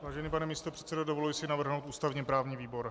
Vážený pane místopředsedo, dovoluji si navrhnout ústavněprávní výbor.